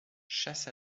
chasse